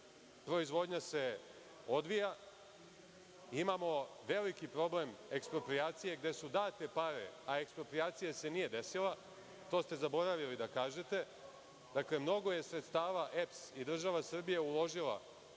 proizvodnja se odvija. Imamo veliki problem eksproprijacije gde su date pare a eksproprijacija se nije desila, to ste zaboravili da kažete. Dakle, mnogo je sredstava EPS i država Srbija uložila